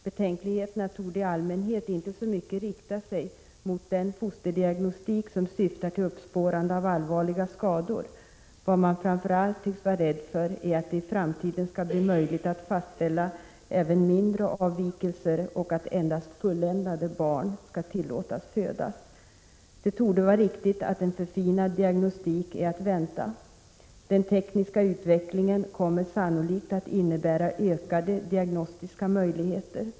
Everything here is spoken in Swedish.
Betänkligheterna torde i allmänhet inte så mycket rikta sig mot den fosterdiagnostik som syftar till uppspårande av allvarliga skador. Vad man framför allt tycks vara rädd för är att det i framtiden skall bli möjligt att fastställa även mindre avvikelser och att endast ”fulländade” barn skall tillåtas födas. Det torde vara riktigt att en förfinad diagnostik är att vänta. Den tekniska utvecklingen kommer sannolikt att innebära ökade diagnostiska möjligheter.